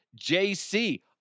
JC